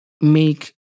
make